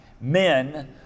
men